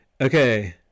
Okay